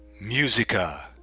musica